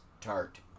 tart